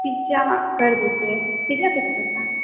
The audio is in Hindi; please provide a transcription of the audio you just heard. पिज्जा कर दीजिए पिज्जा कैसे पड़ता है